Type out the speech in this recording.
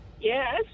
Yes